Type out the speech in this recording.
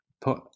put